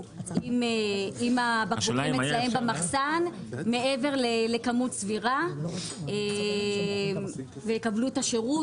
עם הבקבוקים אצלם במחסן מעבר לכמות סבירה ויקבלו את השירות